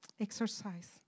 exercise